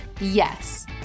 Yes